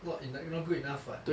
what not good enough [what]